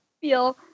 feel